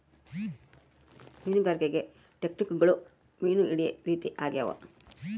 ಮೀನುಗಾರಿಕೆ ಟೆಕ್ನಿಕ್ಗುಳು ಮೀನು ಹಿಡೇ ರೀತಿ ಆಗ್ಯಾವ